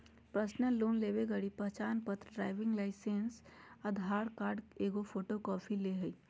personal loan लगी पहचानपत्र, driving licence, Aadhaar card की एगो फोटोकॉपी ले हइ